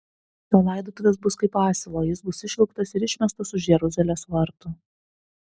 jo laidotuvės bus kaip asilo jis bus išvilktas ir išmestas už jeruzalės vartų